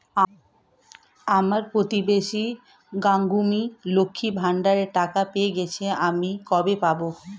আমার প্রতিবেশী গাঙ্মু, লক্ষ্মীর ভান্ডারের টাকা পেয়ে গেছে, আমি কবে পাব?